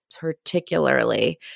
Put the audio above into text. particularly